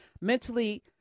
mentally